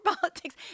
politics